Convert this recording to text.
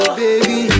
baby